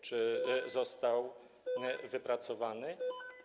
Czy został wypracowany?